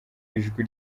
ijwi